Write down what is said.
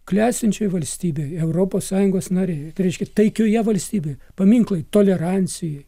klestinčioj valstybėj europos sąjungos nariai tai reiškia taikioje valstybėje paminklai tolerancijai